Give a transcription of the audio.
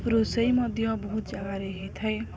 ରୋଷେଇ ମଧ୍ୟ ବହୁତ ଜାଗାରେ ହେଇଥାଏ